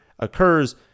occurs